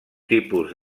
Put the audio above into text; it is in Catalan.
tipus